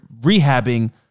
rehabbing